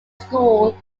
school